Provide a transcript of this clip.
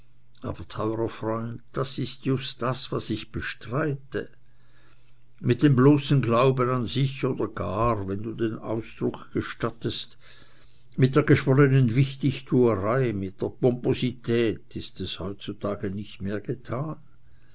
teurer freund das ist just das was ich bestreite mit dem bloßen glauben an sich oder gar wenn du den ausdruck gestattest mit der geschwollenen wichtigtuerei mit der pomposität ist es heutzutage nicht mehr getan